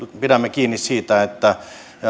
pidämme kiinni siitä että